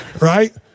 right